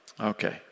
Okay